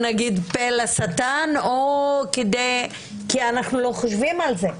או מחשש 'לפתוח פה לשטן' או כי אנחנו לא חושבים על זה,